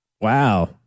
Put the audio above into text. Wow